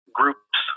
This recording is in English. groups